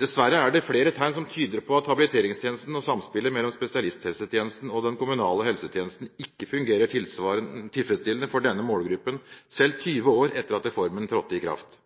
Dessverre er det flere tegn som tyder på at habiliteringstjenesten og samspillet mellom spesialisthelsetjenesten og den kommunale helsetjenesten ikke fungerer tilfredsstillende for denne målgruppen, selv 20 år etter at reformen trådte i kraft.